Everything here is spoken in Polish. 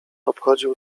obchodził